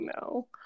no